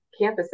campuses